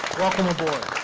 welcome aboard.